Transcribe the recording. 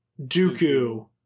Dooku